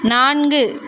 நான்கு